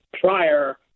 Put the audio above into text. prior